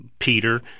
Peter